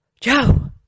Joe